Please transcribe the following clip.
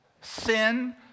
sin